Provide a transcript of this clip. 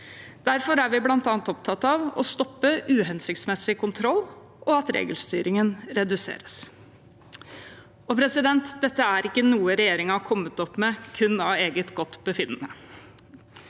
Derfor er vi bl.a. opptatt av å stoppe uhensiktsmessig kontroll og at regelstyringen reduseres. Dette er ikke noe regjeringen har kommet opp med kun etter eget forgodtbefinnende.